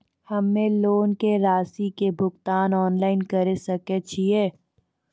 हम्मे लोन के रासि के भुगतान ऑनलाइन करे सकय छियै?